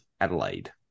Adelaide